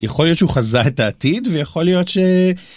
יכול להיות שהוא חזה את העתיד ויכול להיות ש.